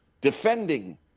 defending